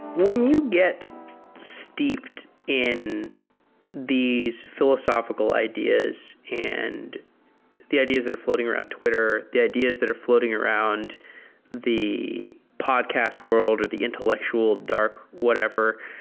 when you get steeped in these philosophical ideas and the ideas that are fl oating around twitter, the ideas that are fl oating around the podcast world with the intellectual dark, whatever,